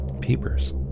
Peepers